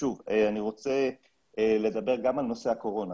שוב, אני רוצה לדבר גם על נושא הקורונה.